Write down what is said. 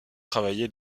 travaillé